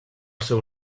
seu